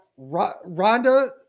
Rhonda